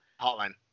Hotline